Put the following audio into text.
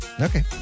Okay